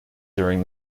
during